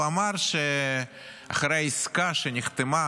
הוא אמר שאחרי העסקה שנחתמה,